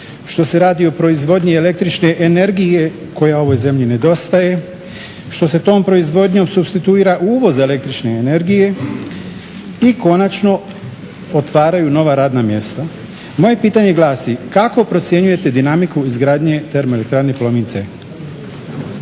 što se radi o proizvodnji električne energije koja ovoj zemlji nedostaje, što se tom proizvodnjom supstituira uvoz električne energije i konačno otvaraju nova radna mjesta. Moje pitanje glasi, kako procjenjujete dinamiku izgradnje Termoelektrane Plomin C?